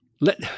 Let